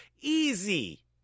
Easy